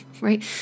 Right